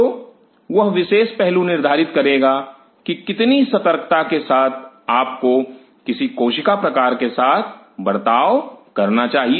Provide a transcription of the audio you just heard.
तो वह विशेष पहलू निर्धारित करेगा कि कितनी सतर्कता के साथ आपको किसी कोशिका प्रकार के साथ बर्ताव करना चाहिए